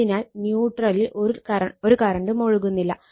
അതിനാൽ ന്യൂട്രലിൽ ഒരു കറണ്ടും ഒഴുകുന്നില്ല